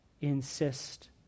insist